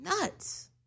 nuts